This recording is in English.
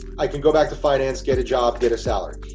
i can go back to finance, get a job, get a salary.